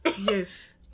yes